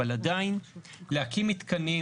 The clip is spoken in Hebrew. אבל עדיין להקים מתקנים,